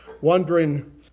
wondering